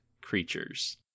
creatures